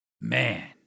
Man